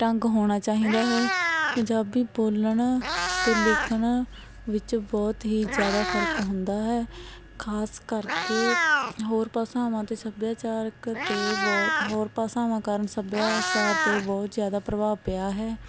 ਢੰਗ ਹੋਣਾ ਚਾਹੀਦਾ ਹੈ ਪੰਜਾਬੀ ਬੋਲਣ ਅਤੇ ਲਿਖਣ ਵਿੱਚ ਬਹੁਤ ਹੀ ਜ਼ਿਆਦਾ ਫ਼ਰਕ ਹੁੰਦਾ ਹੈ ਖ਼ਾਸ ਕਰਕੇ ਹੋਰ ਭਾਸ਼ਾਵਾਂ ਅਤੇ ਸੱਭਿਆਚਾਰਕ 'ਤੇ ਬਹੁਤ ਹੋਰ ਭਾਸ਼ਾਵਾਂ ਕਾਰਨ ਸਭਿਆਚਾਰ 'ਤੇ ਬਹੁਤ ਜ਼ਿਆਦਾ ਪ੍ਰਭਾਵ ਪਿਆ ਹੈ